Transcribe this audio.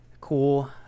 Cool